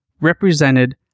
represented